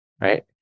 right